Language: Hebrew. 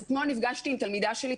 אתמול נפגשתי עם תלמידה שלי,